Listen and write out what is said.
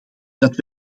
dat